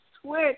switch